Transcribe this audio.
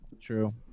True